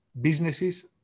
businesses